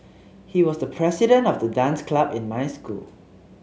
he was the president of the dance club in my school